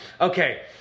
Okay